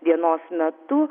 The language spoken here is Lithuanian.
dienos metu